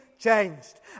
changed